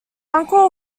uncle